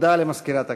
הודעה למזכירת הכנסת.